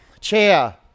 Chair